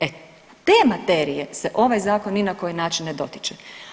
E te materije se ovaj Zakon ni na koji način ne dotiče.